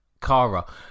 Kara